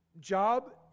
job